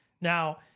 Now